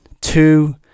two